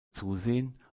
zusehen